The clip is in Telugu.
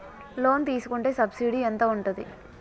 లోన్ తీసుకుంటే సబ్సిడీ ఎంత ఉంటది?